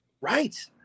Right